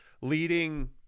leading